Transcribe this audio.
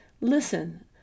Listen